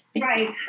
Right